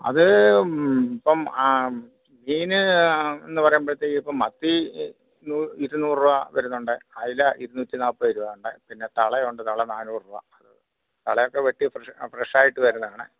അത് ഇപ്പം മീന് എന്ന് പറയുമ്പഴത്തേക്കും ഇപ്പം മത്തി ഇരുന്നൂറ് രൂപ വരുന്നുണ്ട് അയില ഇരുന്നൂറ്റി നാൽപ്പത് രൂപ ഉണ്ട് പിന്നെ തളയ ഉണ്ട് തള നാനൂറ് രൂപ അത് തളയൊക്കെ വെട്ടി ഫ്രഷ് ഫ്രഷ് ആയിട്ട് വരുന്നതാണെ